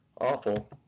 awful